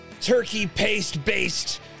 turkey-paste-based